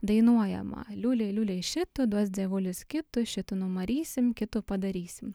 dainuojama liulei liulei šitų duos dzievulis kitų šitų numarysim kitų padarysim